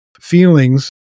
feelings